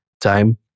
time